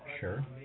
Sure